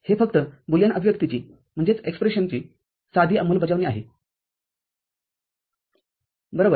हे फक्त बुलियन अभिव्यक्तीची साधी अंमलबजावणी आहे बरोबर